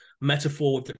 metaphor